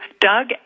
Doug